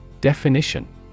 Definition